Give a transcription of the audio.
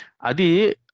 Adi